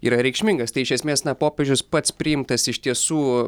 yra reikšmingas tai iš esmės na popiežius pats priimtas iš tiesų